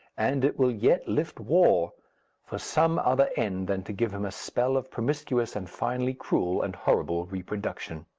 and it will yet lift war for some other end than to give him a spell of promiscuous and finally cruel and horrible reproduction.